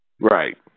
Right